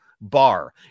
bar